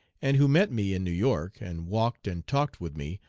and who met me in new york, and walked and talked with me,